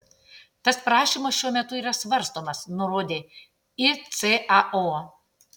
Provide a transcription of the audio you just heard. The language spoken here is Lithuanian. tas prašymas šiuo metu yra svarstomas nurodė icao